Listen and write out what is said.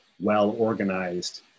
well-organized